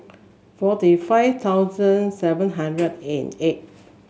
forty five thousand seven hundred and eight